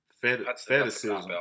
fetishism